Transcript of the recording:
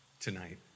tonight